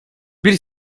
bir